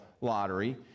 lottery